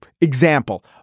example